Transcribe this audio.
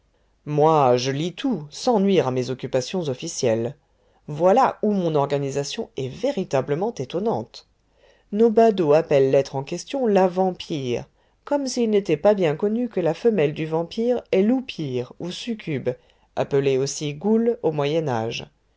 moi je lis tout sans nuire à mes occupations officielles voilà où mon organisation est véritablement étonnante nos badauds appellent l'être en question la vampire comme s'il n'était pas bien connu que la femelle du vampire est l'oupire ou succube appelée aussi goule au